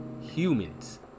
humans